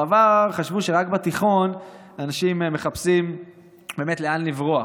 בעבר חשבו שרק בתיכון האנשים מחפשים באמת לאן לברוח.